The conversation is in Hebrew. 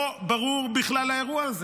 לא ברור בכלל האירוע הזה.